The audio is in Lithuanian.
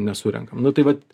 nesurenkam nu tai vat